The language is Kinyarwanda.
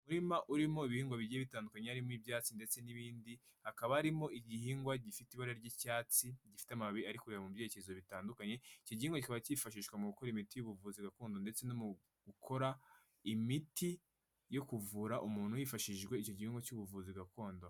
Umurima urimo ibihingwa bigiye bitandukanye harimo ibyatsi ndetse n'ibindi, hakaba harimo igihingwa gifite ibara ry'icyatsi, gifite amababi arikureba mu byerekezo bitandukanye, iki gihingwa kikaba cyifashishwa mu gukora imiti y'ubuvuzi gakondo ndetse no mu gukora imiti yo kuvura umuntu hifashishijwe iki gihigwa cy'ubuvuzi gakondo.